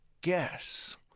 guess